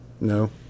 no